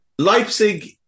Leipzig